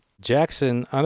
Jackson